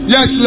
Yes